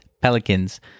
Pelicans